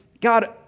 God